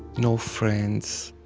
no friends.